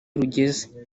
rugeze